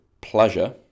pleasure